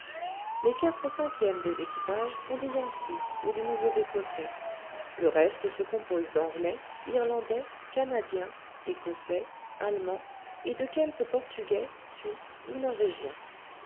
les quatre cinquièmes des équipages sont des yankees ou des nouveaux écossais le reste se compose d'anglais irlandais canadiens écossais allemands et de quelques portugais suisses ou norvégiens